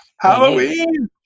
Halloween